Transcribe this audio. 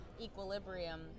equilibrium